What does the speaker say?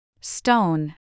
Stone